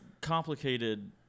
complicated